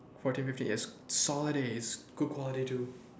fourteen fifteen yes solid eh is good quality too